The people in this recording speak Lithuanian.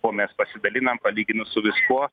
kuo mes pasidalinam palyginus su viskuo